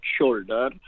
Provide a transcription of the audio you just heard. shoulder